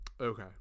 Okay